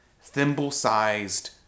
thimble-sized